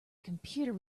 computer